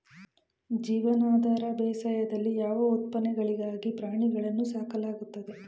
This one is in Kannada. ಜೀವನಾಧಾರ ಬೇಸಾಯದಲ್ಲಿ ಯಾವ ಉತ್ಪನ್ನಗಳಿಗಾಗಿ ಪ್ರಾಣಿಗಳನ್ನು ಸಾಕಲಾಗುತ್ತದೆ?